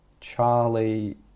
Charlie